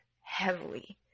heavily